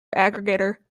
aggregator